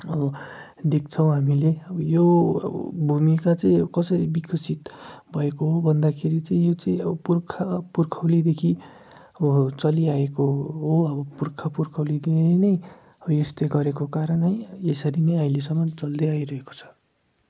अब देख्छौँ हामीले अब यो भुमिका चाहिँ कसरी विकसित भएको हो भन्दाखेरि चाहिँ यो चाहिँ पुर्खा पुर्खौलीदेखि अब चलिआएको हो अब पुर्खा पुर्खौलीदेखि नै यस्तै गरेको कारण नै यसरी नै अहिलेसम्म चल्दै आइरहेको छ